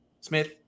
Smith